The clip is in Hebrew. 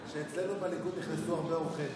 שאצלנו בליכוד נכנסו הרבה עורכי